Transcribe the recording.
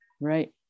Right